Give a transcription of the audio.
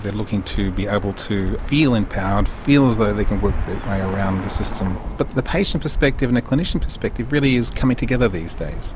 they're looking to be able to feel empowered, feel as though they can work their way around the system. but the the patient perspective and the clinician perspective really is coming together these days